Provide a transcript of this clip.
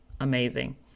Amazing